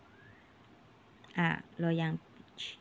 ah loyang beach